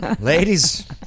ladies